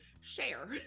share